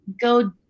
go